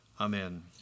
Amen